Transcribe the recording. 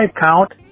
Count